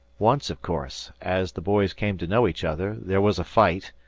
once, of course, as the boys came to know each other, there was a fight,